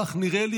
כך נראה לי.